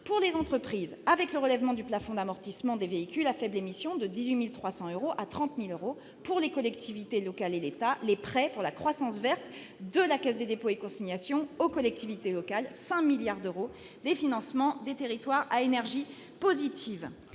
pour les entreprises, le relèvement du plafond d'amortissement des véhicules à faible émission de 18 300 à 30 000 euros ; pour les collectivités locales et l'État, les prêts pour la croissance verte de la Caisse des dépôts et consignations aux collectivités locales, soit 5 milliards d'euros destinés au financement des territoires à énergie positive.